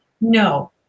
No